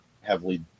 heavily